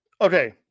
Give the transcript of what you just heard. okay